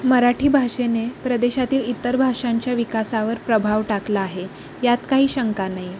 मराठी भाषेने प्रदेशातील इतर भाषांच्या विकासावर प्रभाव टाकला आहे यात काही शंका नाही